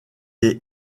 est